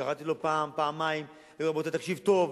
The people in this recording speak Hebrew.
קראתי לו פעם, פעמיים, ואמרתי לו: בוא, תקשיב טוב.